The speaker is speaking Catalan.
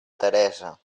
teresa